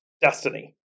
destiny